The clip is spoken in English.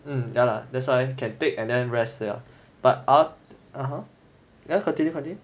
mm ya lah that's why can take and then rest lah but r~ (uh huh) ya continue continue